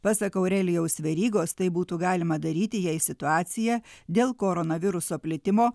pasak aurelijaus verygos tai būtų galima daryti jei situacija dėl koronaviruso plitimo